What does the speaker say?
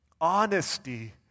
honesty